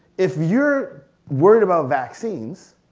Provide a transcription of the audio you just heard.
if you're worried about vaccines,